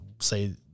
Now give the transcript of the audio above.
say